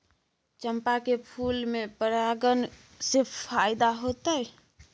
चंपा के फूल में परागण से फायदा होतय?